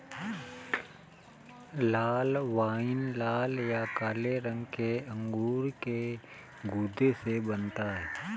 लाल wine लाल या काले रंग के अंगूर के गूदे से बनता है